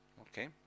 Okay